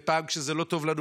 וכשזה לא טוב לנו פוליטית,